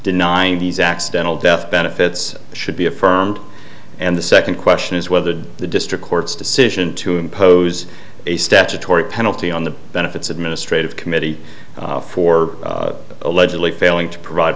denying these accidental death benefits should be affirmed and the second question is whether the district court's decision to impose a statutory penalty on the benefits administrative committee for allegedly failing to provide